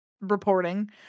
reporting